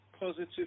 positive